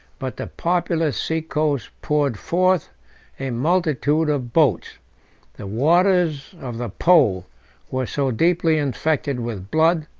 but the populous sea-coast poured forth a multitude of boats the waters of the po were so deeply infected with blood,